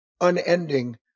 unending